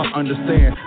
understand